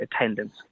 attendance